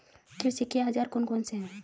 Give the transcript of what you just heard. कृषि के औजार कौन कौन से हैं?